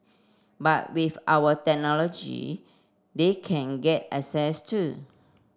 but with our technology they can get access to